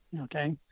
Okay